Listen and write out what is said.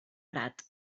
grat